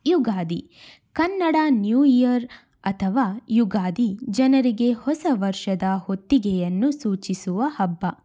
Ugadi Kannada new year ಅಥವಾ ಯುಗಾದಿ ಜನರಿಗೆ ಹೊಸ ವರ್ಷದ ಹೊತ್ತಿಗೆಯನ್ನು ಸೂಚಿಸುವ ಹಬ್ಬ